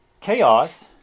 Chaos